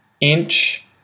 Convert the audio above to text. inch